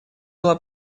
была